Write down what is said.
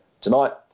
tonight